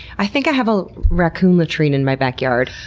i think i have a raccoon latrine in my backyard.